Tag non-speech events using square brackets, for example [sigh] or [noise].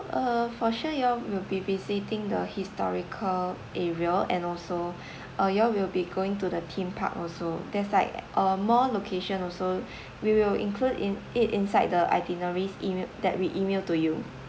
uh for sure you all will be visiting the historical area and also [breath] uh you all will be going to the theme park also there's like uh more locations also we will include in it inside the itineraries email that we email to you